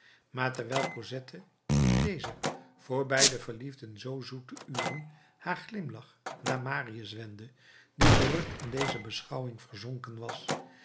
maar terwijl cosette in deze voor beide verliefden zoo zoete uren haar glimlach naar marius wendde die verrukt in deze beschouwing verzonken was